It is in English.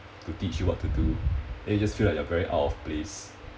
to teach you what to do then you just feel like you are very out of place